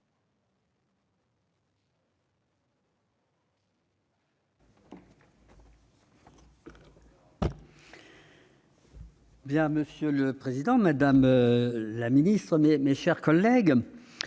Monsieur le président, madame la ministre, mes chers collègues,